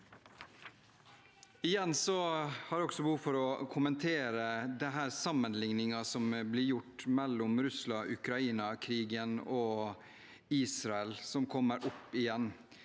jeg også behov for å kommentere sammenligningen som blir gjort mellom Russland–Ukraina-krigen og Israel, som kommer opp igjen.